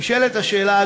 נשאלת השאלה,